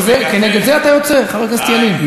נגד זה אתה יוצא, חבר הכנסת ילין?